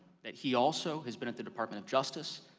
that he also has been with the department of justice,